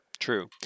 True